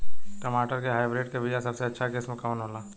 टमाटर के हाइब्रिड क बीया सबसे अच्छा किस्म कवन होला?